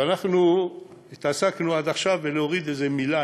ואנחנו התעסקנו עד עכשיו בלהוריד איזו מילה,